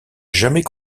jamais